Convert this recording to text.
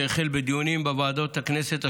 שהחל בדיונים בוועדות הכנסת השונות.